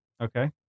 Okay